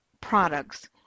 products